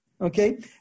okay